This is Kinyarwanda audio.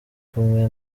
kumwe